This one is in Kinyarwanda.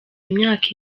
imyaka